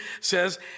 says